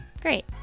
great